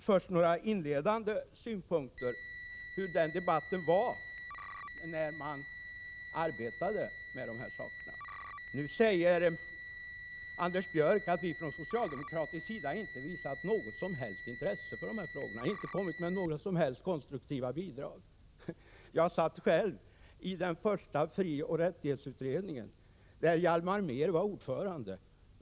Först några inledande synpunkter på den debatt som fördes när man arbetade med dessa frågor. Nu säger Anders Björck att vi från socialdemokratisk sida inte visat något som helst intresse för dessa frågor och inte kommit med några som helst konstruktiva bidrag. Jag tillhörde själv den första frioch rättighetsutredningen, i vilken Hjalmar Mehr var ordförande.